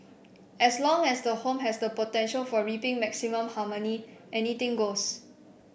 as long as the home has the potential for reaping maximum harmony anything goes